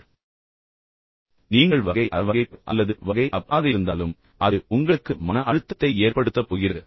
எனவே இந்த அனைத்து விஷயங்கள் நீங்கள் வகை A வகை B அல்லது வகை AB ஆக இருந்தாலும் அது உங்களுக்கு மன அழுத்தத்தை ஏற்படுத்தப் போகிறது